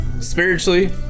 spiritually